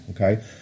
okay